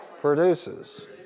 produces